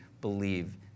believe